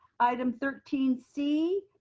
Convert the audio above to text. item thirteen c,